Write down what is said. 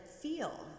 feel